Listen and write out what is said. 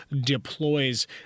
deploys